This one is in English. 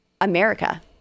America